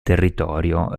territorio